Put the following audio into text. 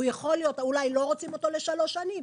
אולי לא רוצים אותו לשלוש שנים,